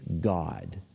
God